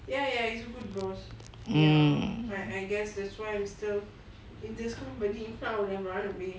mmhmm